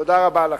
תודה רבה לכם.